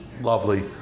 lovely